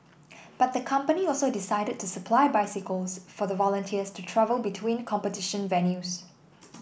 but the company also decided to supply bicycles for the volunteers to travel between competition venues